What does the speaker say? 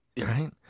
Right